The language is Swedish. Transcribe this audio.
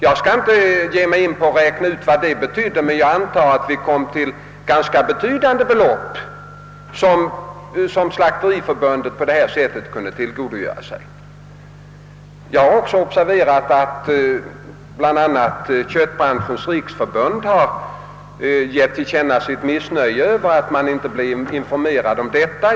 Jag skall inte försöka räkna ut vad det betydde men jag antar att Slakteriförbundet på detta sätt kunde tillgodogöra sig ganska betydande belopp. Jag har också observerat att bl.a. köttbranschens riksförbund gett till känna sitt missnöje över att man inte i tid informerats om detta.